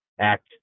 act